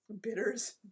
Bitters